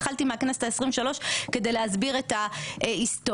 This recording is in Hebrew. התחלתי מהכנסת ה-23, כדי להסביר את ההיסטוריה.